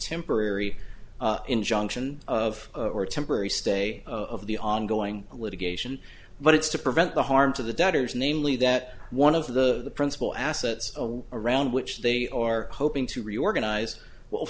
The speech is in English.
temporary injunction of or a temporary stay of the ongoing litigation but it's to prevent the harm to the doctors namely that one of the principal assets around which they are hoping to reorganize well